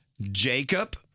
Jacob